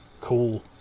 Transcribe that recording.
Cool